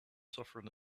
suffering